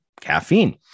caffeine